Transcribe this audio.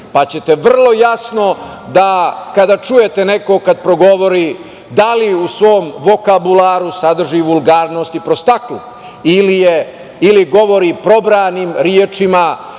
pa ćete vrlo jasno da kada čujete nekoga kada progovori da li u svom vokabularu sadrži vulgarnosti i prostakluk ili govori probranim rečima,